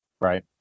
Right